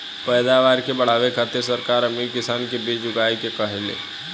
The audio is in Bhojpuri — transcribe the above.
पैदावार के बढ़ावे खातिर सरकार अमीर किसान के बीज उगाए के कहेले